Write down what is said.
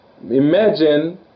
imagine